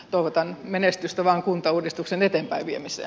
toivotan menestystä vaan kuntauudistuksen eteenpäinviemiseen